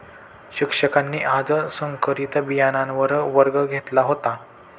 शिक्षकांनी आज संकरित बियाणांवर वर्ग घेतला होता